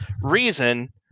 reason